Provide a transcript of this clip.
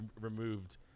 removed